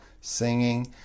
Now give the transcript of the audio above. singing